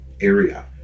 area